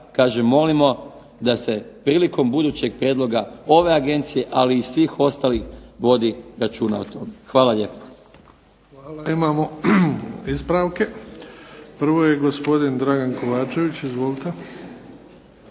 molimo da se prilikom budućeg prijedloga ove agencije, ali i svih ostalih vodi računa o tome. Hvala lijepa.